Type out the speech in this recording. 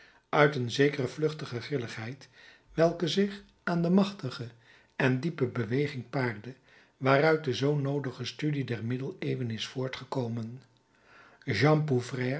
uit een zekere vluchtige grilligheid welke zich aan de machtige en diepe beweging paarde waaruit de zoo noodige studie der middeleeuwen is voortgekomen